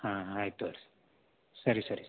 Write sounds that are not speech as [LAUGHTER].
ಹಾಂ ಹಾಂ ಆಯ್ತು [UNINTELLIGIBLE] ರೀ ಸರಿ ಸರಿ